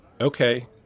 Okay